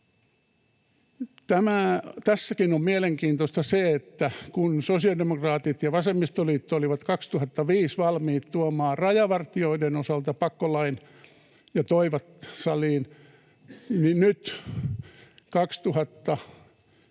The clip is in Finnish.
Tässäkin on mielenkiintoista se, että kun sosiaalidemokraatit ja vasemmistoliitto olivat 2005 valmiit tuomaan rajavartijoiden osalta pakkolain ja toivat sen saliin ja